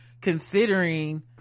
considering